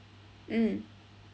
mm